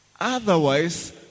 Otherwise